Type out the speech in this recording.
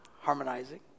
harmonizing